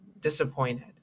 disappointed